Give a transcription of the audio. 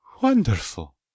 Wonderful